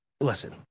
listen